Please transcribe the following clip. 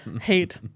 Hate